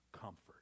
comfort